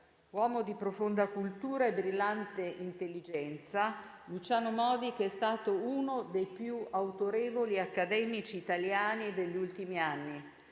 Uomo di profonda cultura e brillante intelligenza, Luciano Modica è stato uno dei più autorevoli accademici italiani degli ultimi anni.